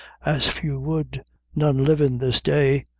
as few would none livin' this day,